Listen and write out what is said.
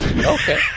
Okay